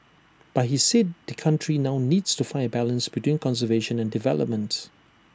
but he said the country now needs to find A balance between conservation and developments